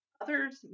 Others